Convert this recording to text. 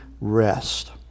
rest